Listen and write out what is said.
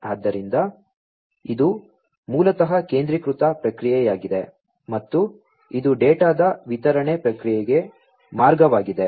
ಆದ್ದರಿಂದ ಇದು ಮೂಲತಃ ಕೇಂದ್ರೀಕೃತ ಪ್ರಕ್ರಿಯೆಯಾಗಿದೆ ಮತ್ತು ಇದು ಡೇಟಾದ ವಿತರಣೆ ಪ್ರಕ್ರಿಯೆಗೆ ಮಾರ್ಗವಾಗಿದೆ